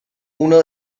uno